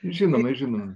žinoma žinoma